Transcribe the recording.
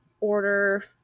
order